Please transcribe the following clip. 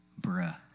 bruh